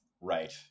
Right